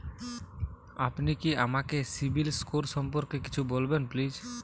আপনি কি আমাকে সিবিল স্কোর সম্পর্কে কিছু বলবেন প্লিজ?